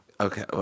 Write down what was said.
Okay